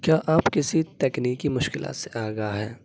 کیا آپ کسی تکنیکی مشکلات سے آگاہ ہیں